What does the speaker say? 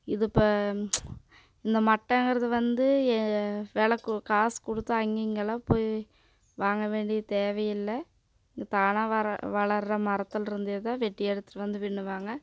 இது இப்போ இந்த மட்டைங்கறது வந்து வெலை காசு கொடுத்து அங்கிங்கேலாம் போய் வாங்க வேண்டிய தேவையில்லை இது தானாக வளர்கிற மரத்துலருந்து தான் வெட்டி எடுத்துகிட்டு வந்து பின்னுவாங்க